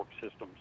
systems